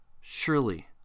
Surely